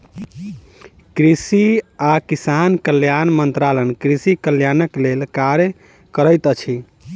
कृषि आ किसान कल्याण मंत्रालय कृषि कल्याणक लेल कार्य करैत अछि